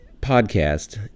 podcast